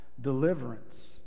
deliverance